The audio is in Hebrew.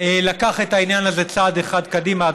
לקח את העניין הזה צעד אחד קדימה,